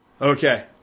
Okay